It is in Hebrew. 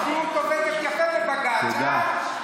הצביעות עובדת יפה בבג"ץ, אה?